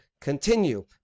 continue